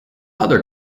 other